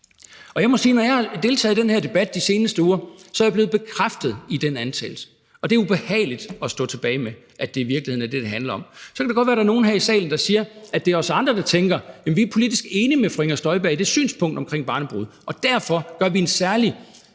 ej. Jeg må sige, at når jeg har deltaget i den her debat de seneste uger, er jeg blevet bekræftet i den antagelse, og det er ubehageligt at stå tilbage med, at det i virkeligheden er det, det handler om. Så kan det godt være, at der er nogle her i salen, der siger, at det er os andre, der tænker, at fordi vi er politisk enige med fru Inger Støjberg i det synspunkt omkring barnebrude, så vil vi gøre en særlig